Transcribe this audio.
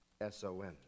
S-O-N